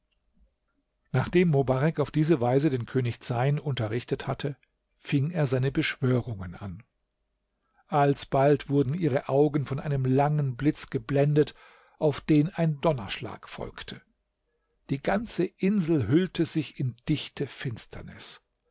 nachdem mobarek auf diese weise den könig zeyn unterrichtet hatte fing er seine beschwörungen an alsbald wurden ihre augen von einem langen blitz geblendet auf den ein donnerschlag folgte die ganze insel hüllte sich in dichte finsternis